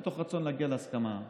מתוך רצון להגיע להסכמה,